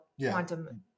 quantum